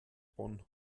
bonn